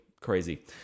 Crazy